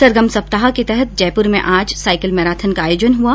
सरगम सप्ताह के तहत जयपुर में आज साइकिल मैराथन का आयोजन हुआ